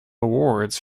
awards